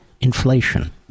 inflation